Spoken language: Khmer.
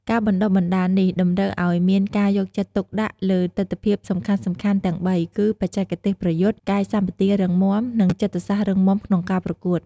ការបណ្តុះបណ្តាលនេះតម្រូវឲ្យមានការយកចិត្តទុកដាក់លើទិដ្ឋភាពសំខាន់ៗទាំងបីគឺ បច្ចេកទេសប្រយុទ្ធ កាយសម្បទារឹងមាំ និងចិត្តសាស្ត្ររឹងមាំក្នុងការប្រកួត។